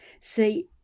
See